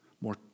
more